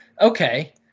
Okay